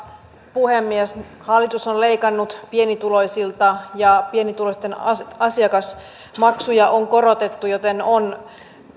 puhemies hallitus on leikannut pienituloisilta ja pienituloisten asiakasmaksuja on korotettu joten on